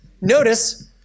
notice